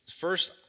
First